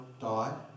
die